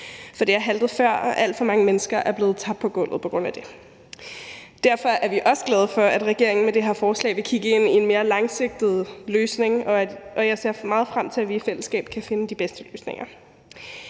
for det har haltet før, og alt for mange mennesker er blevet tabt på gulvet på grund af det. Derfor er vi også glade for, at regeringen med det her forslag vil kigge ind i en mere langsigtet løsning, og jeg ser meget frem til, at vi i fællesskab kan finde de bedste løsninger.